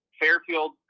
Fairfield